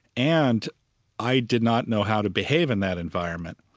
and i did not know how to behave in that environment.